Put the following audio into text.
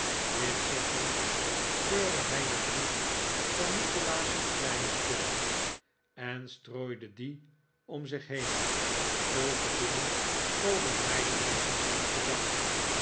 dit zeggend scheur de hij den brief van nikolaas in kleine stukjes en strooide die om zich heen zulke dingeh komen mij telkens in de gedachten